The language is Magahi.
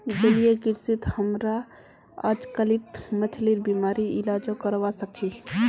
जलीय कृषित हमरा अजकालित मछलिर बीमारिर इलाजो करवा सख छि